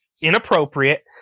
Inappropriate